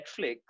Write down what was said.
Netflix